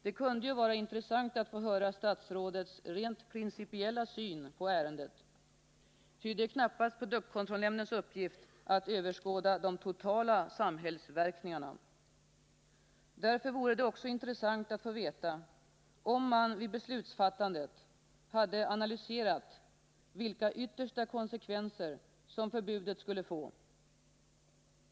Det kunde vara intressant att få höra statsrådets rent principiella syn på frågan, ty det är knappast produktkontrollnämndens uppgift att ha överblick över de totala samhällsverkningarna. Därför vore det intressant att få veta om man vid beslutsfattandet hade analyserat vilka yttersta konsekvenser som förbudet skulle få.